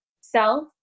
self